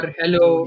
hello